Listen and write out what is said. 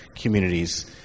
communities